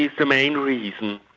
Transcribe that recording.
the the main reason.